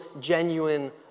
genuine